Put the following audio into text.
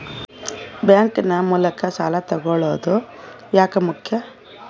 Bank ನ ಮೂಲಕ ಸಾಲ ತಗೊಳ್ಳೋದು ಯಾಕ ಮುಖ್ಯ?